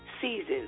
seasons